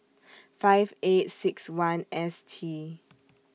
five eight six one S T